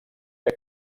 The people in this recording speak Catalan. que